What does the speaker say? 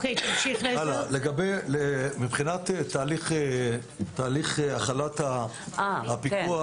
מבחינת תהליך החלת הפיקוח,